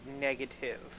negative